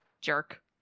Jerk